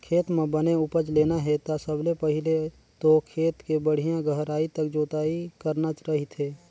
खेत म बने उपज लेना हे ता सबले पहिले तो खेत के बड़िहा गहराई तक जोतई करना रहिथे